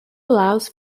allows